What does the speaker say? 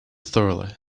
thoroughly